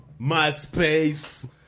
Myspace